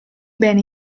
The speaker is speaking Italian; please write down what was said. bene